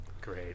Great